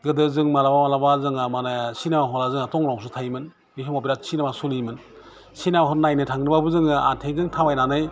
गोदो जों मालाबा मालाबा जोंहा मानि सिनिमा हला जोंहा थंग्लायावसो थायोमोन बे समाव बेराद सिनिमा सलियोमोन सिनिमाफोर नायनो थाङोब्लाबो जोङो आथिंजों थाबायनानै